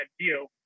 view